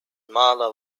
maler